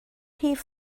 rhif